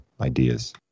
ideas